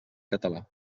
català